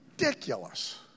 ridiculous